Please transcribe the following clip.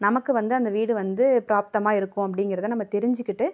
நமக்கு வந்து அந்த வீடு வந்து ப்ராப்தமாக இருக்கும் அப்படிங்கறத நம்ம தெரிஞ்சுக்கிட்டு